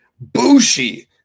bushi